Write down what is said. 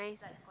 nice